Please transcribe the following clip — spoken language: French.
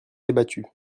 débattue